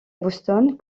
boston